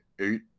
eight